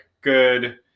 good